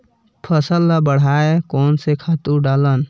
फसल ल बढ़ाय कोन से खातु डालन?